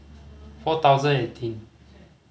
four thousand eighteen